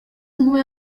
inkuba